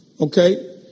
Okay